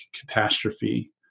catastrophe